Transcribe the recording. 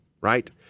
right